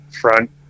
front